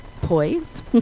poise